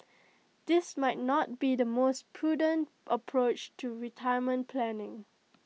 this might not be the most prudent approach to retirement planning